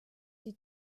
die